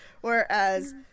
whereas